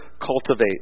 cultivate